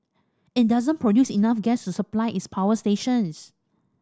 it doesn't produce enough gases to supply its power stations